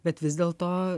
bet vis dėl to